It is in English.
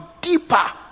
deeper